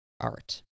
art